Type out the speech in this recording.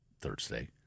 Thursday